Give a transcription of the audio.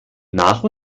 nach